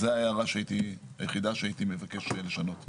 זו ההערה היחידה שהייתי מבקש לשנות.